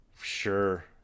Sure